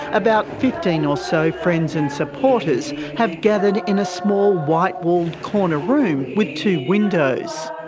about fifteen or so friends and supporters have gathered in a small white-walled corner room with two windows.